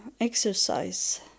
exercise